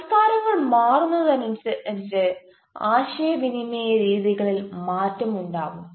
സംസ്കാരങ്ങൾ മാറുന്നതനുസരിച്ചു ആശയവിനിമയ രീതികളിൽ മാറ്റം ഉണ്ടാവും